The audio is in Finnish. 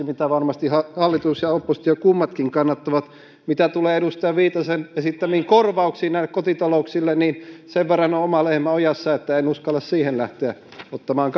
mitä varmasti hallitus ja oppositio kummatkin kannattavat mitä tulee edustaja viitasen esittämiin korvauksiin näille kotitalouksille niin sen verran on oma lehmä ojassa että en uskalla siihen lähteä ottamaan